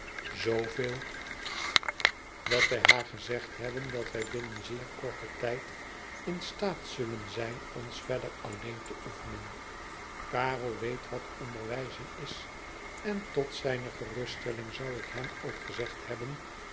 zooveel dat wij haar gezegd hebben dat wij binnen zeer korten tijd in staat zullen zijn ons verder alleen te oefenen karel weet wat onderwijzen is en tot zijne geruststelling zou ik hem ook gezegd hebben